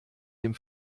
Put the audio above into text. dem